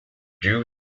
due